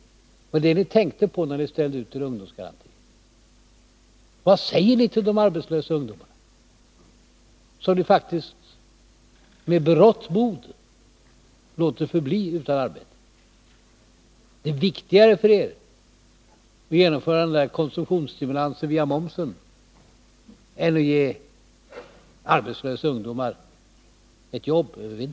Var det detta ni tänkte på när ni ställde ut er ungdomsgaranti? Vad säger ni till de arbetslösa ungdomarna, som ni faktiskt med berått mod låter förbli utan arbete? Det är viktigare för er att genomföra den här konsumtionsstimulansen via momsen än att ge arbetslösa ungdomar ett jobb över vintern.